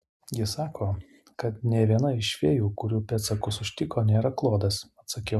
ji sako kad nė viena iš fėjų kurių pėdsakus užtiko nėra klodas atsakiau